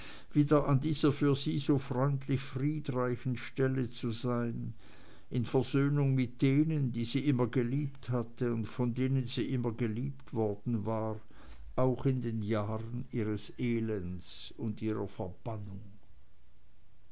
wieder an dieser für sie so freundlich friedreichen stelle zu sein in versöhnung mit denen die sie immer geliebt hatte und von denen sie immer geliebt worden war auch in den jahren ihres elends und ihrer verbannung